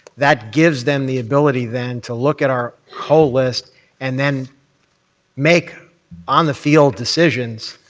that gives them the ability then to look at our whole list and then make on the field decisions.